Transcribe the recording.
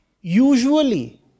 usually